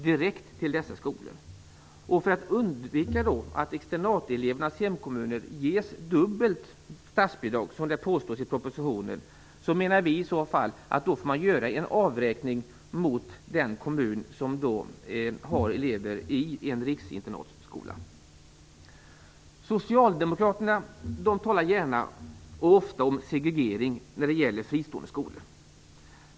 Man kan undvika att externatelevernas hemkommuner får dubbelt statsbidrag, som det påstås i propositionen, genom att göra en avräkning gentemot den kommun som har elever i en riksinternatskola. Socialdemokraterna talar ofta och gärna om segregering när det gäller fristående skolor.